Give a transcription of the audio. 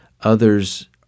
others